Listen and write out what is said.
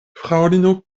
fraŭlino